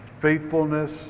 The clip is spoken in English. faithfulness